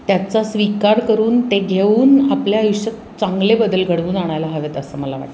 त्याचा स्वीकार करून ते घेऊन आपल्या आयुष्यात चांगले बदल घडवून आणायला हवेत असं मला वाटतं